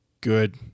good